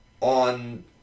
on